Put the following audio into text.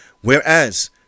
Whereas